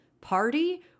party